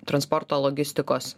transporto logistikos